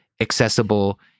accessible